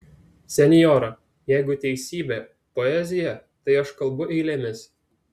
senjora jeigu teisybė poezija tai aš kalbu eilėmis